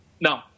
No